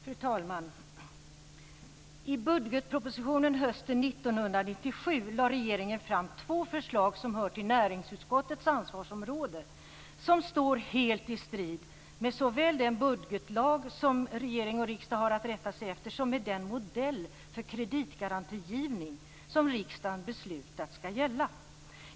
Fru talman! I budgetpropositionen hösten 1997 lade regeringen fram två förslag som hör till näringsutskottets ansvarsområde, som står helt i strid med såväl den budgetlag som regering och riksdag har att rätta sig efter som med den modell för kreditgarantigivning som riksdagen beslutat skall gälla.